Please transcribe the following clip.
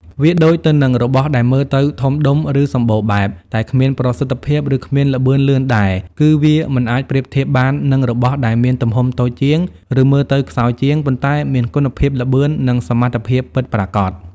វាដូចទៅនឹង របស់ដែលមើលទៅធំដុំ ឬសម្បូរបែប តែគ្មានប្រសិទ្ធភាព ឬគ្មានល្បឿនលឿនដែរ គឺវាមិនអាចប្រៀបធៀបបាននឹងរបស់ដែលមានទំហំតូចជាង ឬមើលទៅខ្សោយជាង ប៉ុន្តែមានគុណភាព ល្បឿន ឬសមត្ថភាពពិតប្រាកដ។